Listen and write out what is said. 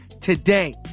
today